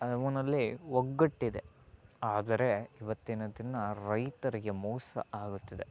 ಅವನಲ್ಲಿ ಒಗ್ಗಟ್ಟಿದೆ ಆದರೆ ಇವತ್ತಿನ ದಿನ ರೈತರಿಗೆ ಮೋಸ ಆಗುತ್ತಿದೆ